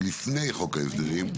עוד לפני חוק ההסדרים,